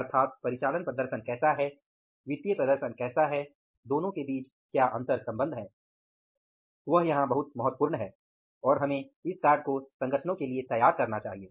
अर्थात परिचालन प्रदर्शन कैसा है वित्तीय प्रदर्शन कैसा है दोनों के बीच क्या अंतर्संबंध है वह यहां बहुत महत्वपूर्ण है और हमें इस कार्ड को संगठनों के लिए तैयार करना चाहिए